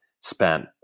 spent